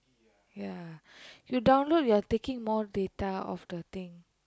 ya you download you're taking more data of the thing